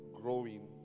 growing